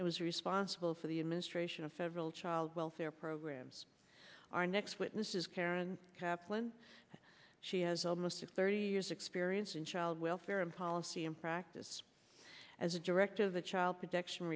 and was responsible for the administration of federal child welfare programs our next witness is karen kaplan she has almost thirty years experience in child welfare and policy in practice as a director of the child protection